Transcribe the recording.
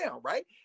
Right